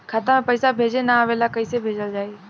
खाता में पईसा भेजे ना आवेला कईसे भेजल जाई?